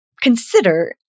consider